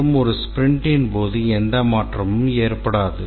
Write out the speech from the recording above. மற்றும் ஒரு ஸ்பிரிண்டின் போது எந்த மாற்றங்களும் ஏற்படாது